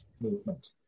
movement